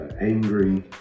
angry